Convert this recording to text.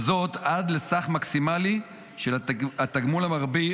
וזאת עד לסך מקסימלי של התגמול המרבי,